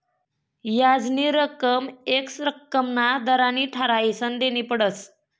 याजनी रक्कम येक रक्कमना दर ठरायीसन देनी पडस